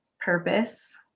purpose